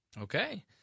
Okay